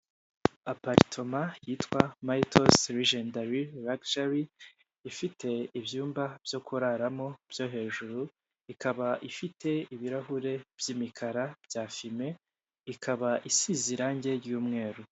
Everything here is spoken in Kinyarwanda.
Aparitoma yitwa miyitosi ligendari lakishari ifite ibyumba byo kuraramo byo hejuru ikaba ifite ibirahure by'imikara bya fime, ikaba isize irange ry'umweru.